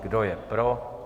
Kdo je pro?